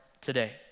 today